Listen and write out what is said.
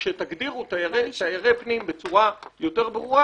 כשתגדירו תיירי פנים בצורה יותר ברורה,